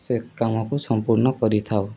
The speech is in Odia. ସେ କାମକୁ ସମ୍ପୂର୍ଣ୍ଣ କରିଥାଉ